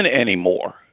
anymore